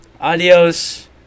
Adios